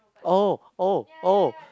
oh oh oh